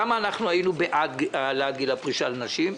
למה היינו בעד העלאת גיל הפרישה לנשים?